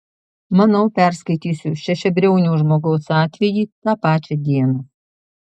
manau perskaitysiu šešiabriaunio žmogaus atvejį tą pačią dieną